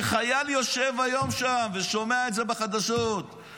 כשחייל יושב היום שם ושומע את זה בחדשות,